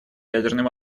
ядерным